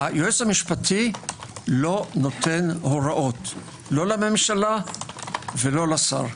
היועץ המשפטי לא נותן הוראות - לא לממשלה ולא לשר.